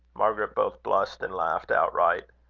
margaret both blushed and laughed outright.